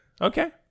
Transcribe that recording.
Okay